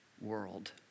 world